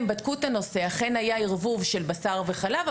הם בדקו את הנושא ואכן היה ערבוב של בשר וחלב,